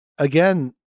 again